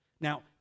Now